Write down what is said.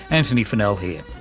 antony funnell here.